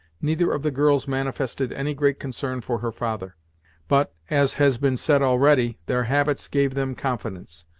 neither of the girls manifested any great concern for her father but, as has been said already, their habits gave them confidence,